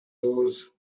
those